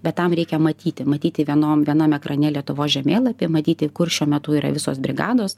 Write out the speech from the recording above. bet tam reikia matyti matyti vienom vienam ekrane lietuvos žemėlapį matyti kur šiuo metu yra visos brigados